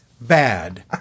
bad